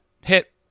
hit